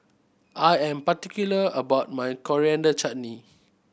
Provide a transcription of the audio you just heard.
I am particular about my Coriander Chutney